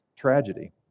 tragedy